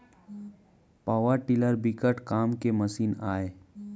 power tiller बिकट काम के मसीन आय